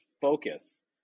focus